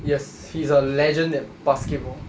yes he's a legend at basketball